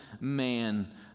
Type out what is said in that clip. man